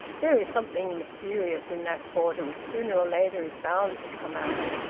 there is something mysterious in that quarter which sooner or later is bound to come out.